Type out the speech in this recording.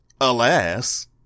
Alas